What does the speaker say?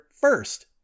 first